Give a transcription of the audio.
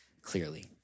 clearly